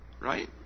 Right